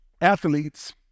athletes